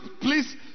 please